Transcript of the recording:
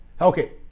okay